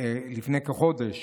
לפני כחודש